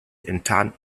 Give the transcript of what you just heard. enttarnt